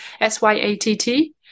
S-Y-A-T-T